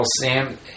Sam